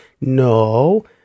no